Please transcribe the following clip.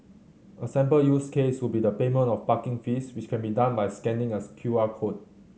a sample use case would be the payment of parking fees which can be done by scanning a Q R code